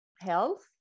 health